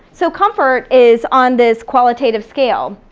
so comfort is on this qualitative scale,